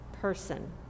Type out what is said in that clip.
person